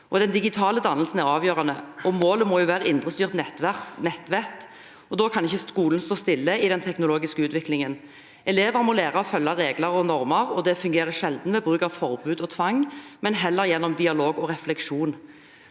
Den digitale dannelsen er avgjørende, og målet må jo være indrestyrt nettvett. Da kan ikke skolen stå stille i den teknologiske utviklingen. Elever må lære å følge regler og normer, og det fungerer sjelden ved bruk av forbud og tvang, men heller gjennom dialog og refleksjon.